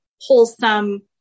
wholesome